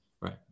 right